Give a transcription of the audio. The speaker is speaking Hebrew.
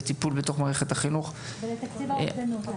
טיפול בתוך מערכת החינוך --- ותקציב לאובדנות.